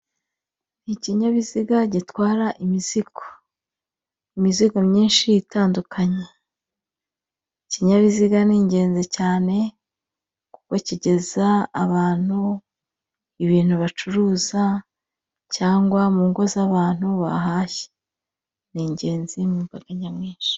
Ikinyabiziga gitwara imizigo, imizigo myinshi itandukanye. Ikinyabiziga ni ingenzi cyane kuko kigeza abantu ibintu bacuruza cyangwa mu ngo z'abantu bahashye. Ni ingenzi mu mbaga nyamwinshi.